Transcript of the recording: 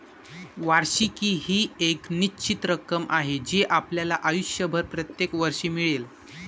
वार्षिकी ही एक निश्चित रक्कम आहे जी आपल्याला आयुष्यभर प्रत्येक वर्षी मिळेल